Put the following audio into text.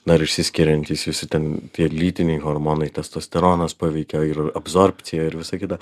na ir išsiskiriantys visi ten tie lytiniai hormonai testosteronas paveikia ir absorbcija ir visa kita